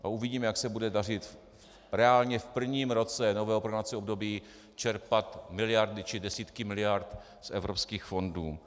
To uvidíme, jak se bude dařit reálně v prvním roce nového plánovacího období čerpat miliardy či desítky miliard z evropských fondů.